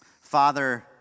Father